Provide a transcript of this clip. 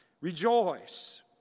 rejoice